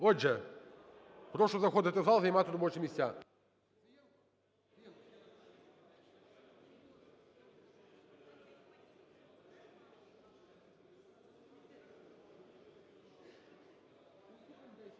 Отже, прошу заходити в зал займати робочі місця.